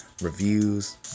reviews